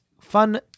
fun